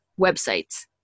websites